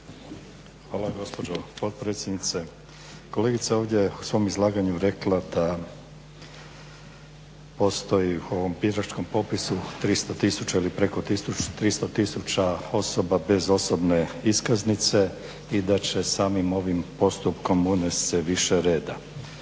Hvala gospođo potpredsjednice. Kolegica je ovdje u svom izlaganju rekla da postoji u ovom biračkom popisu 300000 ili preko 300000 osoba bez osobne iskaznice i da će samim ovim postupkom unest se više reda.